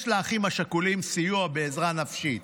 יש לאחים השכולים סיוע בעזרה נפשית,